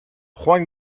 juan